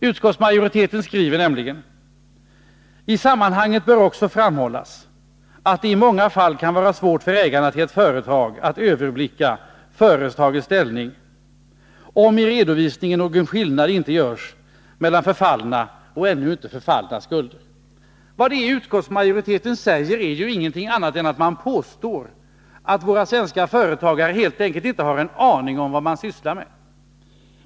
Utskottsmajoriteten skriver: ”I sammanhanget bör också framhållas att det i många fall kan vara svårt för ägarna till ett företag att överblicka företagets ställning om i redovisningen någon skillnad inte görs mellan förfallna och ännu inte förfallna skulder.” Vad utskottsmajoriteten säger är ju ingenting annat än att man påstår att våra svenska företagare helt enkelt inte har en aning om vad de sysslar med.